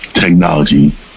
technology